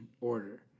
order